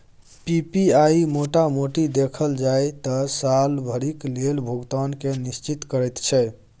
PPI मोटा मोटी देखल जाइ त साल भरिक लेल भुगतान केँ निश्चिंत करैत छै